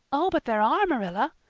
oh, but there are, marilla,